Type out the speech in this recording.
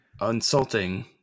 insulting